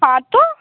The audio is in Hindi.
हाँ तो